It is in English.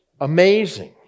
amazing